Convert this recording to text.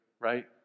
right